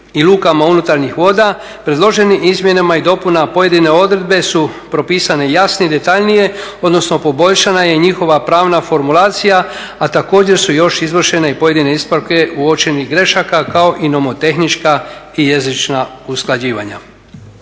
i lukama unutarnjih voda, predloženim izmjenama i dopunama pojedine odredbe su propisane jasnije i detaljnije, odnosno poboljšana je i njihova pravna formulacija, a također su još izvršene pojedine ispravke uočenih grešaka kao i nomotehnička i jezična usklađivanja.